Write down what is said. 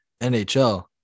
NHL